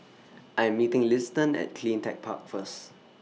I'm meeting Liston At CleanTech Park First